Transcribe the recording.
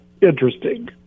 interesting